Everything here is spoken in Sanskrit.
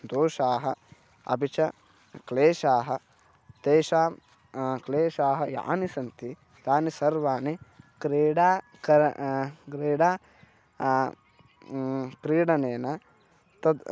दोषाः अपि च क्लेशाः तेषां क्लेशाः यानि सन्ति तानि सर्वानि क्रीडा कर् क्रीडा क्रीडनेन तद्